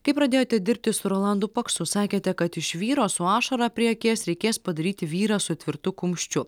kai pradėjote dirbti su rolandu paksu sakėte kad iš vyro su ašara prie akies reikės padaryti vyrą su tvirtu kumščiu